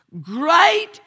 great